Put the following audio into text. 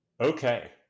Okay